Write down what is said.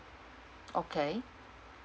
okay